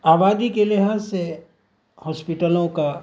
آبادی کے لحاظ سے ہاسپیٹلوں کا